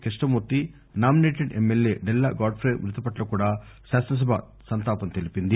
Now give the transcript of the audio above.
Krishnamurthy nominated MLA Della Godfrey మృతి పట్ల కూడా శాసనసభ సంతాపం తెలిపింది